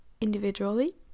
individually